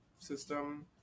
system